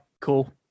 cool